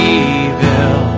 evil